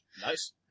Nice